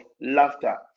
laughter